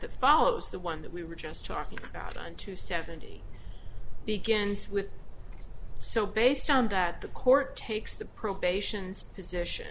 that follows the one that we were just talking about nine to seventy begins with so based on that the court takes the probations position